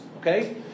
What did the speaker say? okay